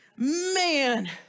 Man